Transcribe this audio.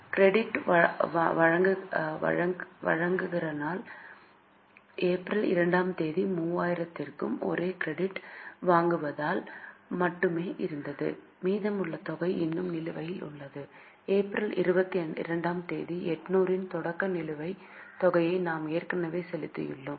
credit வழங்குநர்கள் April 2 ஆம் தேதி 3000 க்கு ஒரே ஒரு கிரெடிட் வாங்குதல் மட்டுமே இருந்தது மீதமுள்ள தொகை இன்னும் நிலுவையில் உள்ளது ஏப்ரல் 22 ஆம் தேதி 800 இன் தொடக்க நிலுவைத் தொகையை நாம் ஏற்கனவே செலுத்தியுள்ளோம்